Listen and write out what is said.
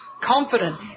confident